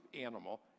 animal